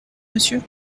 monsieur